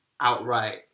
outright